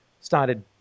started